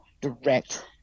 direct